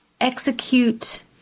execute